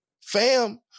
fam